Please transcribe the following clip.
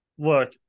Look